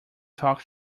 talk